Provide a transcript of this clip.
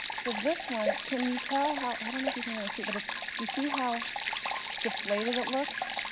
so this one, can you tell how, i don't know if you can really see, but it's you see how deflated it looks?